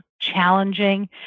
challenging